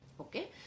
Okay